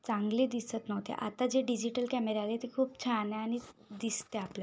चांगले दिसत नव्हते आता जे डिजिटल कॅमेरे आलेत ते खूप छान आहे आणि दिसतं आपलं